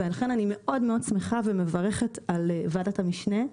ולכן אני מאוד שמחה ומברכת על ועדת המשנה,